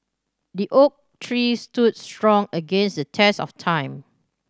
the oak tree stood strong against the test of time